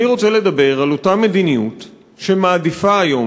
אני רוצה לדבר על אותה מדיניות שמעדיפה היום